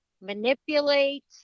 manipulate